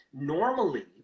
normally